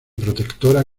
protectora